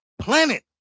planet